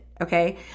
Okay